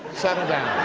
settle down.